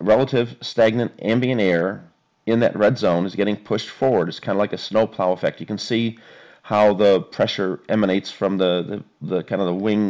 relative stagnant and being air in that red zone is getting pushed forward it's kind of like a snowplow effect you can see how the pressure emanates from the the kind of the wing